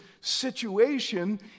situation